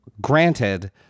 Granted